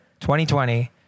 2020